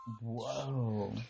Whoa